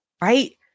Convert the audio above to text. right